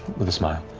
with a smile.